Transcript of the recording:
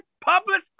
public